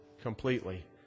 completely